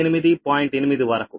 8 వరకు